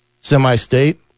Semi-State